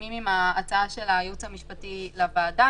מסכימים עם ההצעה של הייעוץ המשפטי לוועדה